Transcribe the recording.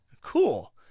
cool